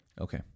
Okay